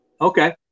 Okay